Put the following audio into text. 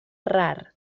rar